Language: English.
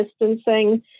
distancing